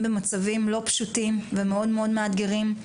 במצבים לא פשוטים ומאוד מאוד מאתגרים,